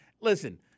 listen